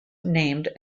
named